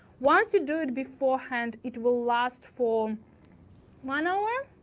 once you do it before hand, it will last for one hour,